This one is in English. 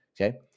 okay